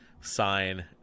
sign